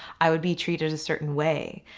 i would be treated a certain way.